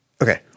Okay